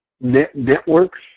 networks